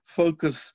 focus